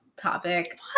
topic